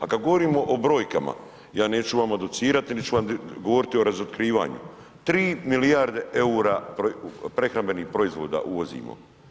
A kad govorimo o brojkama ja neću vama docirati niti ću vam govoriti o razotkrivanju, 3 milijarde eura prehrambenih proizvoda uvozimo.